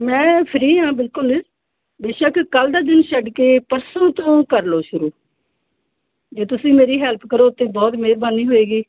ਮੈਂ ਫਰੀ ਹਾਂ ਬਿਲਕੁਲ ਬੇਸ਼ੱਕ ਕੱਲ੍ਹ ਦਾ ਦਿਨ ਛੱਡ ਕੇ ਪਰਸੋਂ ਤੋਂ ਕਰ ਲਉ ਸ਼ੁਰੂ ਜੇ ਤੁਸੀਂ ਮੇਰੀ ਹੈਲਪ ਕਰੋ ਤਾਂ ਬਹੁਤ ਮਿਹਰਬਾਨੀ ਹੋਏਗੀ